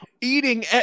eating